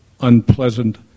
unpleasant